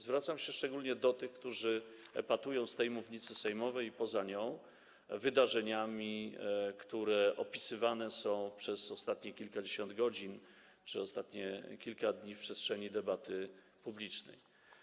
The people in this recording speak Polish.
Zwracam się szczególnie do tych, którzy epatują z tej mównicy sejmowej i poza nią wydarzeniami, które opisywane są przez ostatnie kilkadziesiąt godzin czy ostatnie kilka dni w przestrzeni debaty publicznej.